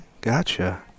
gotcha